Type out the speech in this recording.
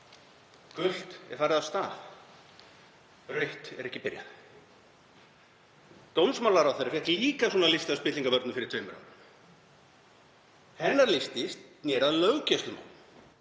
Gult er farið af stað. Rautt er ekki byrjað. Dómsmálaráðherra fékk líka svona lista af spillingavörnum fyrir tveimur árum. Hennar listi sneri að löggæslumálum.